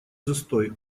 застой